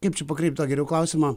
kaip čia pakreipt tą geriau klausimą